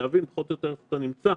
להבין פחות או יותר איפה אתה נמצא,